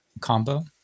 combo